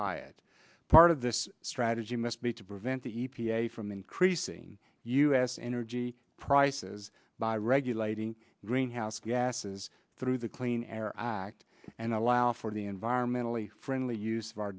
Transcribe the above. by it part of this strategy must be to prevent the e p a from increasing u s energy prices by regulating greenhouse gases through the clean air act and allow for the environmentally friendly use of our